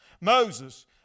Moses